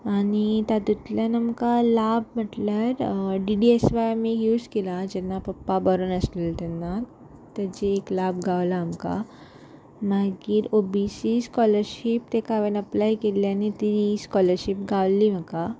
आनी तातुंतल्यान आमकां लाभ म्हटल्यार डी डी एस व्हाय आमी यूज केला जेन्ना पप्पा बरो नासललो तेन्ना तेजी एक लाभ गावला आमकां मागीर ओ बी सी स्कॉलरशीप ताका हांवें अप्लाय केल्ली आनी ती स्कॉलरशीप गावल्ली म्हाका